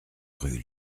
rue